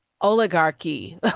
oligarchy